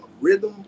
rhythm